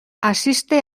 asiste